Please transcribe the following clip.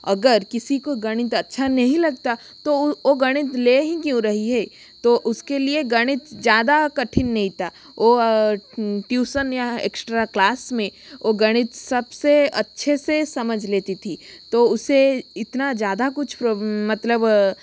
अगर किसी को गणित अच्छा नहीं लगता तो ओ ओ गणित ले ही क्यों रही है तो उसके लिए गणित ज़्यादा कठिन नहीं था ओ ट्यूशन या एक्स्ट्रा क्लास में ओ गणित सबसे अच्छे से समझ लेती थी तो उसे इतना ज़्यादा कुछ मतलब